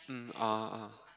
mm ah ah